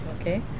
okay